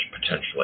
potentially